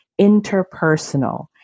interpersonal